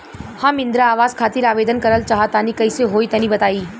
हम इंद्रा आवास खातिर आवेदन करल चाह तनि कइसे होई तनि बताई?